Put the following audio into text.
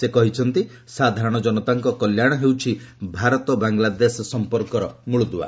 ସେ କହିଛନ୍ତି ସାଧାରଣ ଜନତାଙ୍କ କଲ୍ୟାଣ ହେଉଛି ଭାରତ ବାଂଲାଦେଶ ସମ୍ପର୍କର ମୂଳଦୁଆ